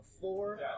four